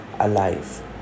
alive